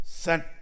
sent